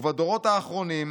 ובדורות האחרונים